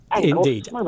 Indeed